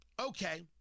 Okay